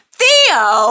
Theo